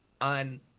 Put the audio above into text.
on